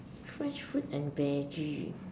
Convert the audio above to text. fresh fruit and veggie